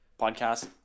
Podcast